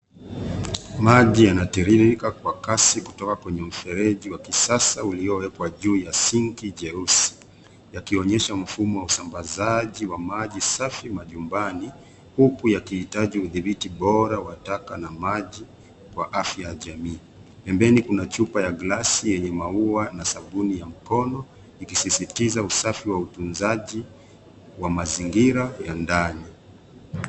Maji yanatiririka kwa kasi kutoka kwenye mfereji wa kisasa uliowekwa juu ya sinki jeusi, yakionyesha mfumo wa usambazaji wa maji safi ya nyumbani, huku yakihitaji udhibiti bora wa taka na maji kwa afya ya jamii. Pembeni kuna chupa ya glasi yenye maua na sabuni ya mkono, ikisisitiza usafi wa utunzaji wa mazingira ya ndani.